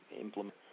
implement